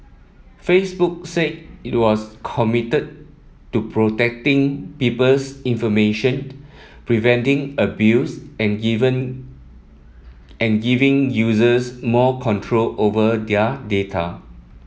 Facebook said it was committed to protecting people's information preventing abuse and even and giving users more control over their data